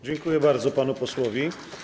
Dziękuję bardzo panu posłowi.